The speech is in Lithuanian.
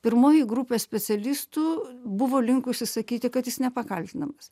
pirmoji grupė specialistų buvo linkusi sakyti kad jis nepakaltinamas